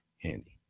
handy